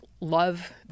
love